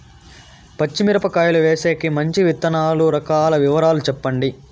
పచ్చి మిరపకాయలు వేసేకి మంచి విత్తనాలు రకాల వివరాలు చెప్పండి?